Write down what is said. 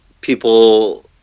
people